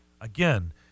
again